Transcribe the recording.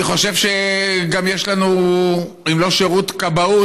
אני חושב שגם יש לנו אם לא שירות כבאות,